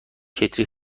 کتری